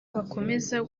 bakomeza